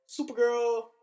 Supergirl